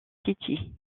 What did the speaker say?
city